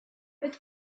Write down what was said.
vaid